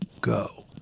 go